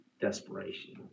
desperation